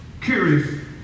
curious